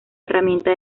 herramienta